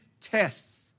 tests